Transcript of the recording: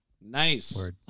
Nice